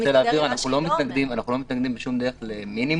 אני רוצה להבהיר שאנחנו לא מתנגדים בשום דרך למינימום.